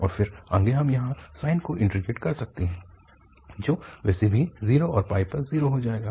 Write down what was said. और फिर आगे हम यहाँ साइन को इंटीग्रेट कर सकते हैं जो वैसे भी 0 और पर 0 हो जाएगा